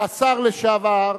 והשר לשעבר,